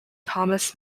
thomas